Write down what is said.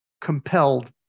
compelled